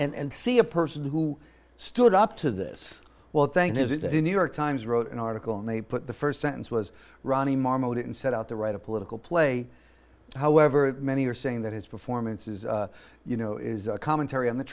play and see a person who stood up to this well thank is that in new york times wrote an article and they put the first sentence was ronnie marmo didn't set out to write a political play however many are saying that his performance is you know is a commentary on the